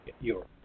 Europe